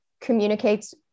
communicates